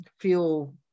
feel